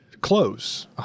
Close